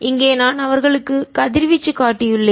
இங்கே நான் அவர்களுக்குக் கதிர்வீச்சு காட்டியுள்ளேன்